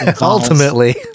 ultimately